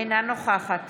אינה נוכחת